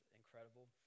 incredible